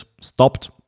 stopped